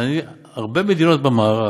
הרבה מדינות במערב,